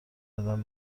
قدم